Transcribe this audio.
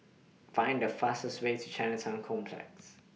Find The fastest Way to Chinatown Complex